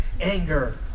anger